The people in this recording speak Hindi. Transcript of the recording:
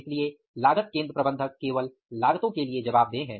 इसलिए लागत केंद्र प्रबंधक केवल लागतों के लिए जवाबदेह है